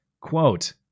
Quote